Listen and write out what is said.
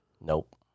nope